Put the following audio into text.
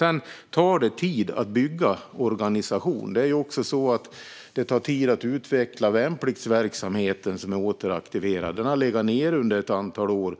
Sedan tar det tid att bygga organisation. Det tar också tid att utveckla värnpliktsverksamheten som är återaktiverad. Den har legat nere under ett antal år.